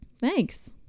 thanks